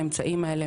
האמצעים האלה,